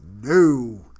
no